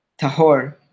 tahor